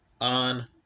on